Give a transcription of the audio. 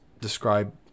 describe